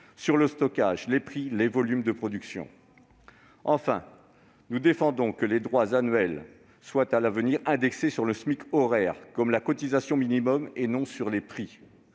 sur le stockage, les prix ou encore les volumes de production. Enfin, nous défendons le fait que les droits annuels soient à l'avenir indexés sur le SMIC horaire comme la cotisation minimum, et non sur les prix.